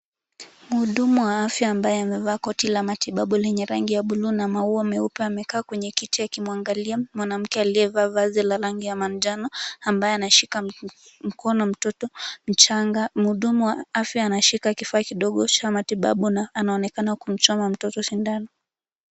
Mhudumu wa afya, ambaye amevaa koti la matibabu lenye rangi ya buluu na maua meupe. Amekaa kwenye kicheki kimwangalia mwanamke aliyevaa vazi la rangi ya manjano, ambaye anashika mkono mtoto mchanga. Mhudumu wa afya anashika kifaa kidogo cha matibabu, na anaonekana kumchoma mtoto sindano.